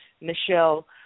Michelle